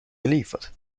geliefert